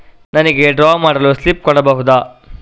ನನಿಗೆ ಡ್ರಾ ಮಾಡಲು ಸ್ಲಿಪ್ ಕೊಡ್ಬಹುದಾ?